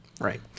Right